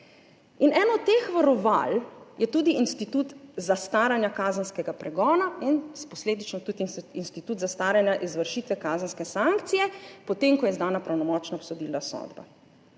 Eno od teh varoval je tudi institut zastaranja kazenskega pregona in posledično tudi institut zastaranja izvršitve kazenske sankcije, potem ko je izdana pravnomočna obsodilna sodba.